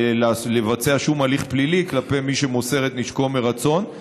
לבצע שום הליך פלילי כלפי מי שמוסר את נשקו מרצון.